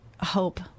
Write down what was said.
hope